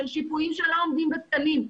של שיפועים שלא עומדים בתקנים.